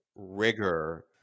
Rigor